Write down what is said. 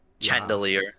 Chandelier